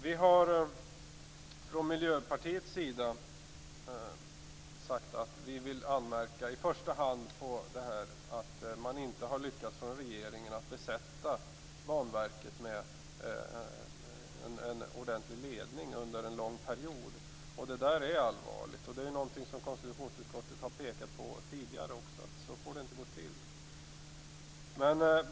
Vi vill från Miljöpartiets sida i första hand anmärka på att regeringen under en lång period inte har lyckats besätta Banverket med en ordentlig ledning. Det är allvarligt, och det är något som konstitutionsutskottet också tidigare har pekat på. Så får det inte gå till.